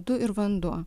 du ir vanduo